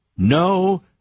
No